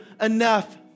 enough